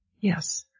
Yes